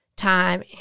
time